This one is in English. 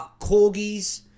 corgis